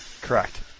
Correct